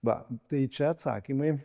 va tai čia atsakymai